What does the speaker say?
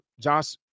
Josh